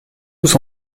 tous